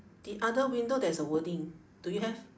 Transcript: the other window there's a wording do you have